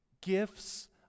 gifts